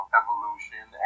evolution